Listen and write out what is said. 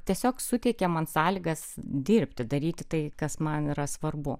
tiesiog suteikė man sąlygas dirbti daryti tai kas man yra svarbu